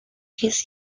his